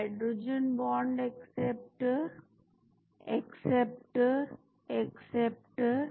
hydrogen bond acceptor acceptor acceptor